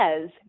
says